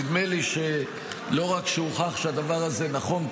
נדמה לי שלא רק שהוכח שהדבר הזה נכון,